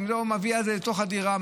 מביאה את זה לתוך הדירה,